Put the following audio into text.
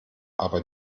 aber